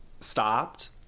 stopped